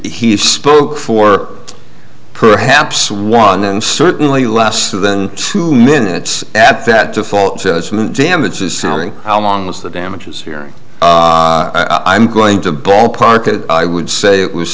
he spoke for perhaps one and certainly less than two minutes at that default judgment damages sounding how long was the damages hearing i'm going to ballpark it i would say it was